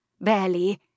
Barely